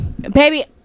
Baby